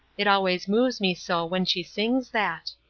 it always moves me so when she sings that.